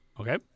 okay